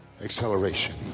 Acceleration